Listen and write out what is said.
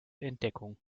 entdeckung